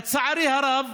לצערי הרב,